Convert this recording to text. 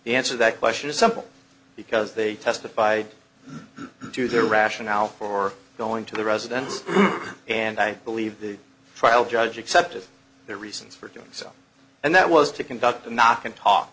the answer that question is simple because they testified to their rationale for going to the residence and i believe the trial judge accepted their reasons for doing so and that was to conduct a knock and talk